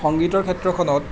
সংগীতৰ ক্ষেত্ৰখনত